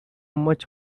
much